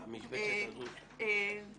שהמשבצת הזו --- כבודו, אני פה